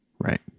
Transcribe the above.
Right